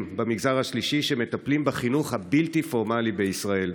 במגזר השלישי שמטפלים בחינוך הבלתי-פורמלי בישראל.